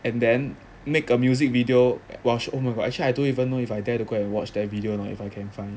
and then make a music video !wah! oh my god I actually I don't even know if I dare to go and watch that video lah if I can find